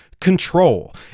control